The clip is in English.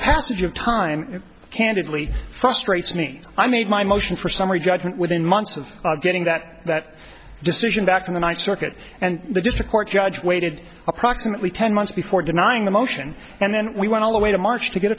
passage of time candidly frustrates me i made my motion for summary judgment within months of getting that that decision back from the night circuit and the district court judge waited approximately ten months before denying the motion and then we want all the way to march to get